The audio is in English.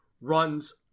runs